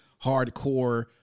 hardcore